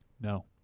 No